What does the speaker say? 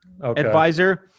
advisor